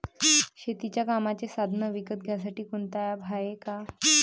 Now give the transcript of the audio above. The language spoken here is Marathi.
शेतीच्या कामाचे साधनं विकत घ्यासाठी कोनतं ॲप हाये का?